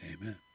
Amen